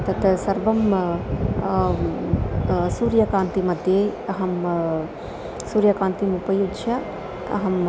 तत् सर्वं सूर्यकान्तिमध्ये अहं सूर्यकान्तिम् उपयुज्य अहम्